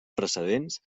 precedents